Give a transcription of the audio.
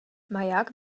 maják